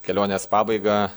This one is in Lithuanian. kelionės pabaigą